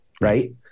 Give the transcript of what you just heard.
right